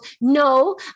no